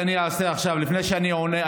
לפני שאני עונה,